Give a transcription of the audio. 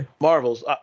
Marvels